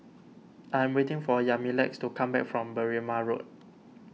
I am waiting for Yamilex to come back from Berrima Road